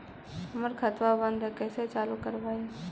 हमर खतवा बंद है कैसे चालु करवाई?